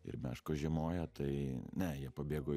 ir meškos žiemoja tai ne jie pabėgo